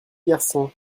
garçons